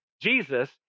Jesus